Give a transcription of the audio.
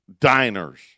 diners